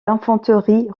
d’infanterie